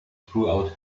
throughout